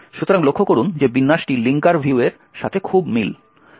সুতরাং লক্ষ্য করুন যে এই বিন্যাসটি লিঙ্কার ভিউর সাথে খুব মিল কয়েকটি পরিবর্তন ছাড়া